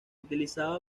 utilizaba